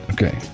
Okay